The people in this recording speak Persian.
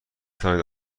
توانید